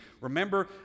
Remember